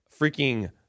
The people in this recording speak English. freaking